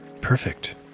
Perfect